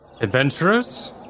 Adventurers